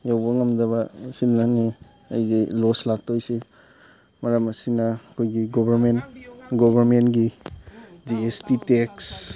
ꯌꯧꯕ ꯉꯝꯗꯕ ꯃꯁꯤꯅꯅꯤ ꯑꯩꯒꯤ ꯂꯣꯁ ꯂꯥꯛꯇꯣꯏꯁꯤ ꯃꯔꯝ ꯑꯁꯤꯅ ꯑꯩꯈꯣꯏꯒꯤ ꯒꯣꯕꯔꯃꯦꯟ ꯒꯣꯕꯔꯃꯦꯟꯒꯤ ꯖꯤ ꯑꯦꯁ ꯇꯤ ꯇꯦꯛꯁ